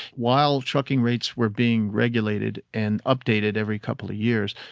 while trucking rates were being regulated and updated every couple of years,